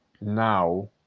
now